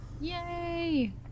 yay